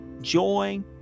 Joy